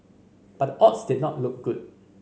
but the odds did not look good